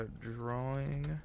Drawing